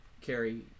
carry